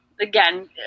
again